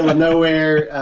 but nowhere,